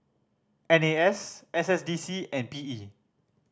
N A S S S D C and P E